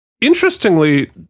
interestingly